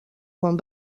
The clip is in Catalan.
quan